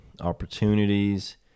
Opportunities